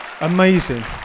Amazing